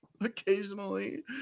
Occasionally